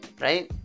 Right